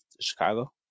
Chicago